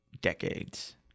decades